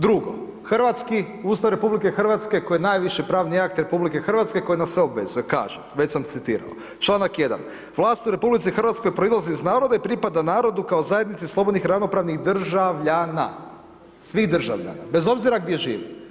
Drugo hrvatski Ustav RH, koji je najviše pravni akt RH, koji nas sve obvezuje, kaže, već sam citirao, čl. 1. vlast u RH proizlazi iz naroda i pripada narodu kao zajednici slobodnih i ravnopravnih državljana, svih državljana, bez obzira gdje živi.